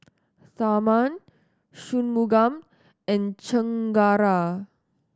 Tharman Shunmugam and Chengara